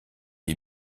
les